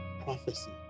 prophecy